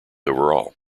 overall